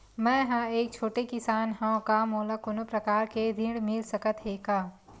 मै ह एक छोटे किसान हंव का मोला कोनो प्रकार के ऋण मिल सकत हे का?